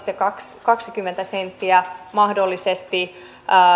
kaksikymmentä senttiä mahdollisesti